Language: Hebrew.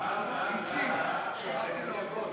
התשע"ה 2014,